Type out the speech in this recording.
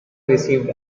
received